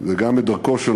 וגם את דרכו של